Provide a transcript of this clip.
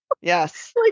yes